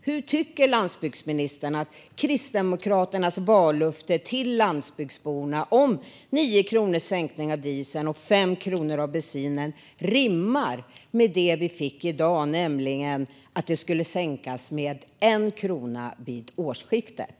Hur tycker landsbygdsministern att Kristdemokraternas vallöfte till landsbygdsborna om 9 kronors sänkning av dieselpriset och 5 kronors sänkning av bensinpriset rimmar med det vi fick veta i dag, nämligen att de ska sänkas med 1 krona vid årsskiftet?